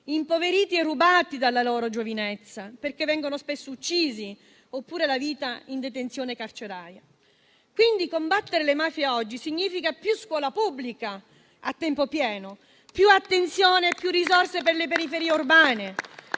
impoveriti e derubati della loro giovinezza, perché spesso vengono uccisi, oppure passano la vita in detenzione carceraria. Combattere le mafie oggi significa più scuola pubblica a tempo pieno, più attenzione e più risorse per le periferie urbane.